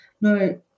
no